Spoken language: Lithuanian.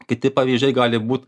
kiti pavyzdžiai gali būt